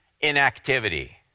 inactivity